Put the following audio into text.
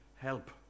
help